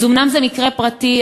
אז אומנם זה מקרה פרטי,